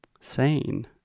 Sane